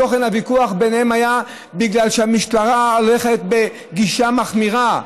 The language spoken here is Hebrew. תוכן הוויכוח ביניהם היה בגלל שהמשטרה הולכת בגישה מחמירה.